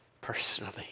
personally